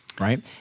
right